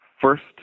first